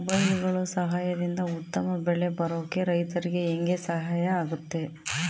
ಮೊಬೈಲುಗಳ ಸಹಾಯದಿಂದ ಉತ್ತಮ ಬೆಳೆ ಬರೋಕೆ ರೈತರಿಗೆ ಹೆಂಗೆ ಸಹಾಯ ಆಗುತ್ತೆ?